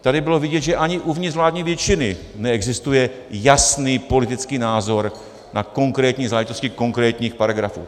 Tady bylo vidět, že ani uvnitř vládní většiny neexistuje jasný politický názor na konkrétní záležitosti konkrétních paragrafů.